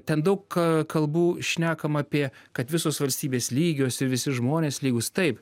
ten daug kalbų šnekama apie kad visos valstybės lygios ir visi žmonės lygūs taip